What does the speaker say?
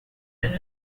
and